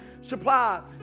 supply